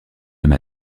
même